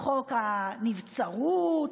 חוק הנבצרות,